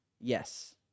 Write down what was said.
yes